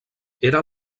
era